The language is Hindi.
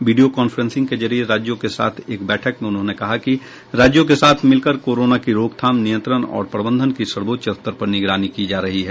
वीडियों कॉन्फ्रेंसिंग के जरिए राज्यों के साथ एक बैठक में उन्होंने कहा कि राज्यों के साथ मिलकर कोरोना की रोकथाम नियंत्रण और प्रबंधन की सर्वोच्च स्तर पर निगरानी की जा रही है